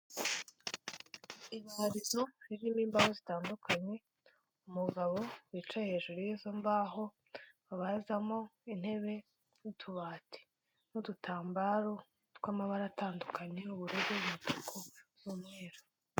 Ibarizo ririmo imbaho zitandukanye, umugabo wicaye hejuru y'izo mbaho babazamo intebe n'utubati, n'udutambaro tw'amabara atandukanye, ubururu, umutuku n'umweru.